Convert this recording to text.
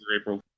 April